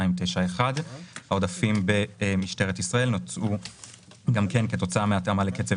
291. העודפים במשטרת ישראל נוצרו גם כן כתוצאה מהתאמה לקצב